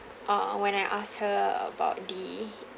uh when I asked her about the